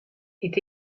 est